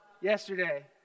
yesterday